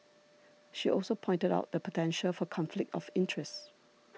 she also pointed out the potential for conflict of interest